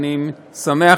ואני שמח,